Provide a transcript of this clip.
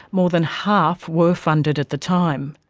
more than half were funded at the time.